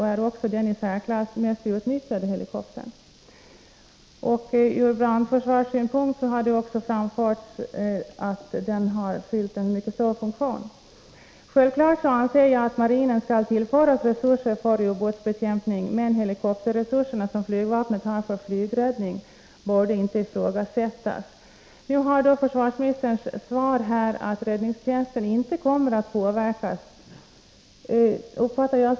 Från både räddningstjänstens helikopterbesättningar och sjukvårdsansvariga på Gotland är en förändring enligt chefens för marinen förslag klart oacceptabel, och av sjöräddningen betraktas räddningshelikoptern i Visby som helt oumbärlig.